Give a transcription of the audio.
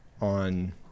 on